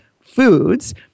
foods